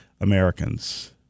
Americans